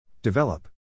Develop